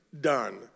done